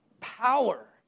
power